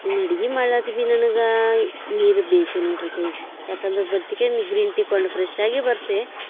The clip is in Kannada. ಇನ್ನು ಅಡಿಗೆ ಮಾಡ್ಲಕ್ಕ ಭೀ ನನಗೆ ನೀರು ಬೇಕೇ ನೋಡಿರಿ ಕೈಗೆ ಯಾಕೆ ಅ ನಿದ್ರೆ ಬರ್ತಿಗೆ ಗ್ರೀನ್ ಟೀ ಕುಡ್ದು ಫ್ರೆಶ್ ಆಗೇ ಬರ್ತೆ